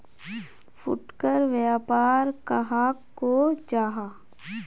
फुटकर व्यापार कहाक को जाहा?